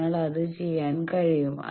നിങ്ങൾക്ക് അത് ചെയ്യാൻ കഴിയും